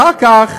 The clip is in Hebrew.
אחר כך